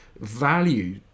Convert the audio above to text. value